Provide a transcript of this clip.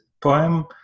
poem